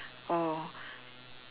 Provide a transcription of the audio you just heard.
or